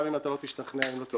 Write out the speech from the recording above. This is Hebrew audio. גם אם אתה לא תשתכנע -- לא,